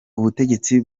ubutegetsi